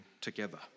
together